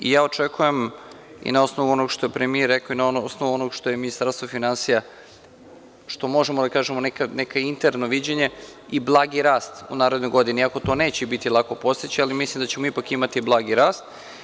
Ja očekujem na osnovu onog što je premijer rekao i na osnovu onog što je Ministarstvo finansija, što možemo da kažemo, neko interno viđenje i blagi rast u narednoj godini, iako to neće biti lako postići, ali mislim da ćemo ipak imati blagi rast.